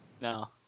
No